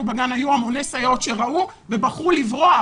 בגן היו המוני סייעות שראו ובחרו לברוח